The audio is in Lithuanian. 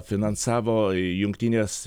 finansavo jungtinės